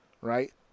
right